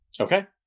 Okay